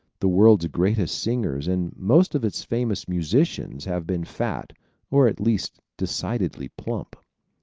the world's greatest singers and most of its famous musicians have been fat or at least decidedly plump.